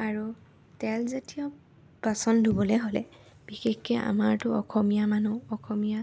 আৰু তেল জাতীয় বাচন ধুবলৈ হ'লে বিশেষকৈ আমাৰতো অসমীয়া মানুহ অসমীয়া